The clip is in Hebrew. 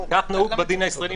כך נהוג בדין הישראלי